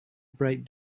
bright